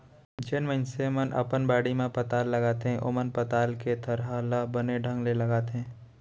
जेन मनसे मन अपन बाड़ी म पताल लगाथें ओमन पताल के थरहा ल बने ढंग ले लगाथें